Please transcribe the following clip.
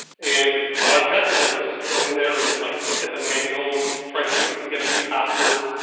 and our objective there was just to go in there and like look at the manuals, try to see if we can get a few passwords.